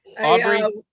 Aubrey